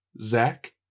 Zach